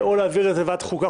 להעביר את זה לוועדת החוקה,